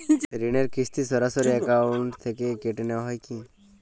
ঋণের কিস্তি সরাসরি অ্যাকাউন্ট থেকে কেটে নেওয়া হয় কি?